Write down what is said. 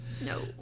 No